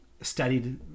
studied